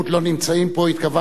לעת עתה הם לא נמצאים פה.